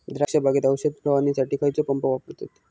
द्राक्ष बागेत औषध फवारणीसाठी खैयचो पंप वापरतत?